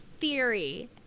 theory